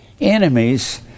enemies